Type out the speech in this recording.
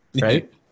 right